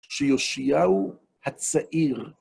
שיאשיהו הצעיר.